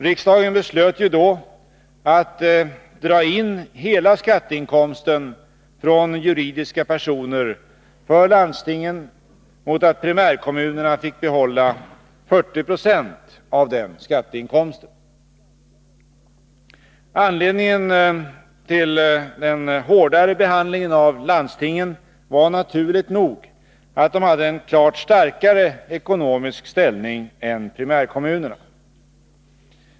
Riksdagen beslöt ju då att dra in hela skatteinkomsten från juridiska personer för landstingen mot att primärkommunerna fick behålla 40 26 av denna skatteinkomst. Anledningen till den hårdare behandlingen av landstingen var naturligt nog att de hade en klart starkare ekonomisk ställning än primärkommunerna.